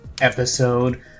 episode